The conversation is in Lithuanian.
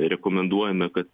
rekomenduojame kad